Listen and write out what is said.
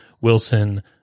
Wilson